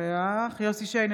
נוכח יוסף שיין,